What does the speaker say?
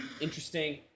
Interesting